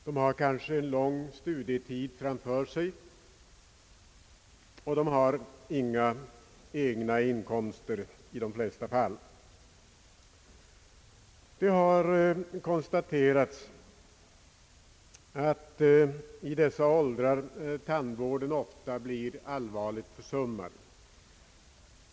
De har kanske lång studietid framför sig, och de har i de flesta fall inga egna inkomster. Det har konstaterats att i dessa åldrar tandvården ofta blir allvarligt försummad.